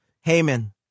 Haman